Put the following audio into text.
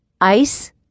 Ice